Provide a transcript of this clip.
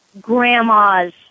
grandma's